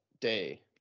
day